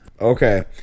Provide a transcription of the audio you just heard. Okay